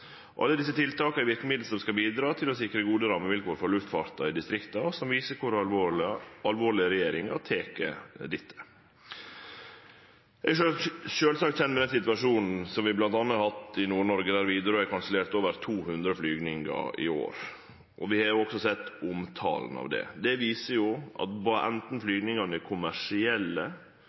Alle desse tiltaka er verkemiddel som skal bidra til å sikre gode rammevilkår for luftfarten i distrikta, og det viser kor alvorleg regjeringa tek dette. Eg er sjølvsagt kjend med den situasjonen vi bl.a. har hatt i Nord-Noreg, der Widerøe har kansellert over 200 flygingar i år. Vi har også sett omtalen av det. Det viser at anten flygingane er kommersielle